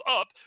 up